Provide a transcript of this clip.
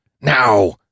now